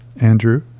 Andrew